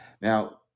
Now